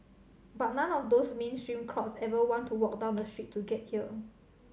but none of those mainstream crowds ever want to walk down the street to get here